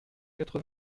quatre